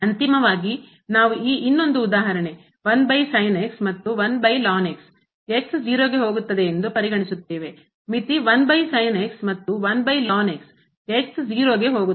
ಅಂತಿಮವಾಗಿ ನಾವು ಈ ಇನ್ನೊಂದು ಉದಾಹರಣೆ ಮತ್ತು ಎಂದು ಪರಿಗಣಿಸುತ್ತೇವೆ ಮತ್ತು 0 ಗೆ ಹೋಗುತ್ತದೆ